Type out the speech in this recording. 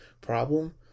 problem